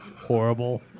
horrible